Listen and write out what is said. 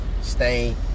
stay